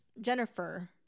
Jennifer